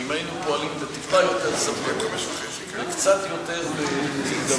שאם היינו פועלים טיפה יותר בסבלנות וקצת יותר בהידברות,